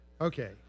Okay